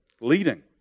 leading